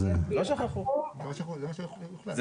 לא שכחו, זה מה שהוחלט.